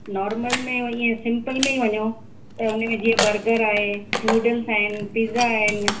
normal में ईअं simple में ई वञो त उनमें जीअं बर्गर आहे नूडल्स आहिनि पीज़ा आहिनि